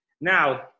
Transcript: now